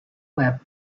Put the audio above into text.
web